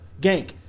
Gank